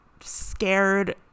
scared